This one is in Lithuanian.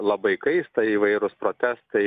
labai kaista įvairūs protestai